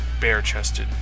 bare-chested